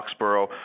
Foxborough